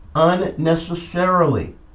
unnecessarily